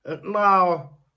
now